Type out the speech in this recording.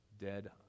dead